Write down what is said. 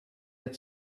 had